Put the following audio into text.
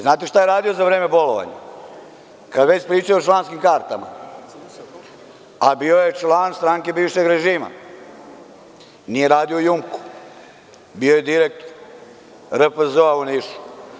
Znate šta je radio za vreme bolovanja, kada već pričamo o članskim kartama, a bio je član stranke bivšeg režima, nije radio u „Jumku“, bio je direktor RFZO-a u Nišu?